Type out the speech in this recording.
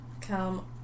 Come